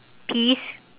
peas